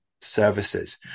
services